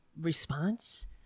response